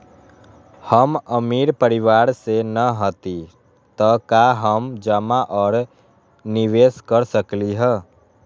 हम अमीर परिवार से न हती त का हम जमा और निवेस कर सकली ह?